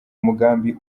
umugambi